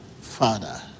Father